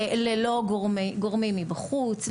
ללא גורמים מבחוץ,